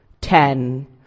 ten